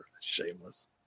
shameless